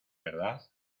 verdad